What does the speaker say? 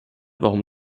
warum